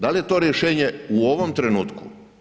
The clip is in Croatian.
Da li je to rješenje u ovom trenutku?